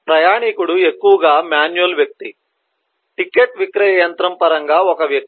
ప్రయాణికుడు ఎక్కువగా మాన్యువల్ వ్యక్తి టికెట్ విక్రయ యంత్రం పరంగా ఒక వ్యక్తి